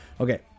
Okay